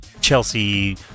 Chelsea